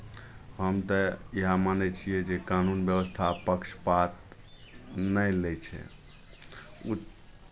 हम तऽ इएह मानै छियै जे कानून व्यवस्था पक्षपात नहि लै छै उच्